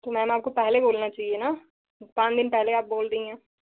तो मैम आपको पहले बोलना चाहिए ना पाँच दिन पहले आप बोल रही हैं